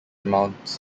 amounts